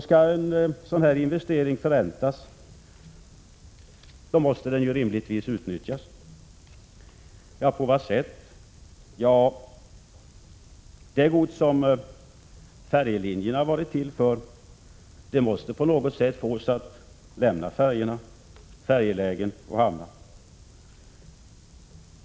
Skall en sådan här investering förväntas måste den rimligtvis utnyttjas. — På vad sätt? Det gods som färjelinjerna har varit till för måste på något sätt fås att lämna färjor, färjelägen och hamnar.